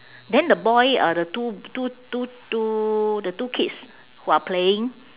then the boy uh the two two two two the two kids who are playing